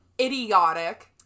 idiotic